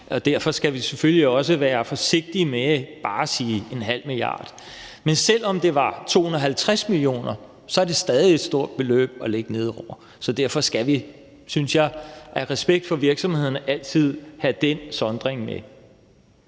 Derfor skal vi selvfølgelig også være forsigtige med bare at sige 0,5 mia. kr. Men selv om det var 250 mio. kr., er det stadig et stort beløb at lægge ned over virksomhederne. Så derfor skal vi, synes jeg, af respekt for virksomhederne altid have den sondring med.